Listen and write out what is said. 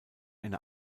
eine